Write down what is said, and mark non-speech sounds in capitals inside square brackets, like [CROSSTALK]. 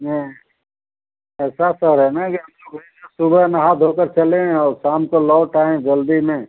नहीं ऐसा सर है ना कि [UNINTELLIGIBLE] सुबह नहा धो कर चले और शाम को लौट आएं जल्दी में